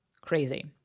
crazy